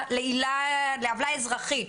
להפוך לעוולה אזרחית.